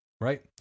right